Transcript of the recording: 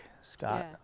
scott